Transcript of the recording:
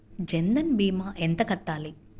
జన్ధన్ భీమా ఎంత కట్టాలి?